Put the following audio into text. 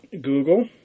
google